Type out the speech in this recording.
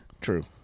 True